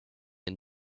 and